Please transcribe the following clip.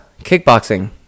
kickboxing